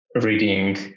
reading